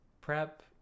prep